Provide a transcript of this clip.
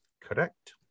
Correct